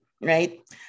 right